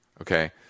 okay